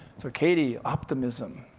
so katy, optimism.